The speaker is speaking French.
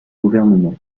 gouvernement